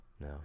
No